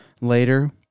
later